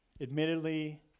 admittedly